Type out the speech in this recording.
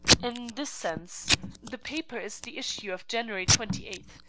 in this sense the paper is the issue of january twenty eight,